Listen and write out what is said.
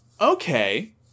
okay